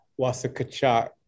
Wasakachak